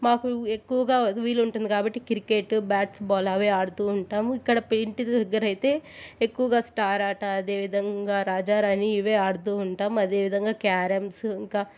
మాకు ఎక్కువగా వీలు ఉంటుంది కాబట్టి కిర్కెట్ బ్యాట్స్ బాల్ అవే ఆడుతూ ఉంటాం ఇక్కడ పే ఇంటి దగ్గర అయితే ఎక్కువగా స్టార్ ఆట అదేవిధంగా రాజా రాణి ఇవే ఆడుతూ ఉంటాం అదేవిధంగా క్యారమ్స్ ఇంకా